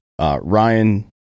Ryan